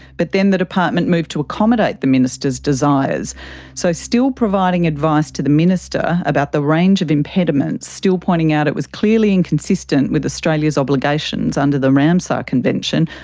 but then the department moved to accommodate the minister's desires so still providing advice to the minister about the range of impediments, still pointing out it was clearly inconsistent with australia's obligations under the ramsar convention,